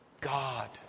God